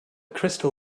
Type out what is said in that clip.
crystal